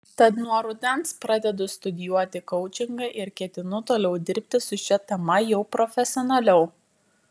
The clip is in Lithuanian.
tad nuo rudens pradedu studijuoti koučingą ir ketinu toliau dirbti su šia tema jau profesionaliau